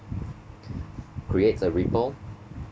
creates a ripple